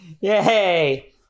Yay